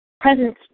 presence